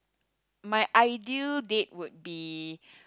my ideal date would be